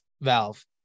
valve